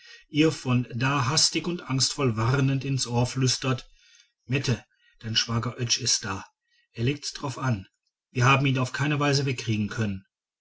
ihr von da hastig und angstvoll warnend ins ohr flüstert mette dein schwager oetsch ist da er legt's darauf an wir haben ihn auf keine weise wegkriegen können